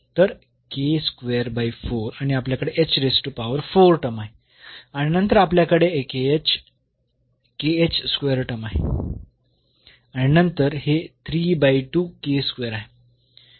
तर आणि आपल्याकडे टर्म आहे आणि नंतर आपल्याकडे a k h square term आहे आणि नंतर हे आहे